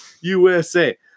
usa